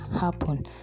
happen